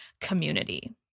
community